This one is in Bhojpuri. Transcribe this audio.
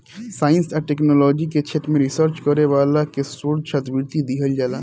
साइंस आ टेक्नोलॉजी के क्षेत्र में रिसर्च करे वाला के शोध छात्रवृत्ति दीहल जाला